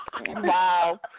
Wow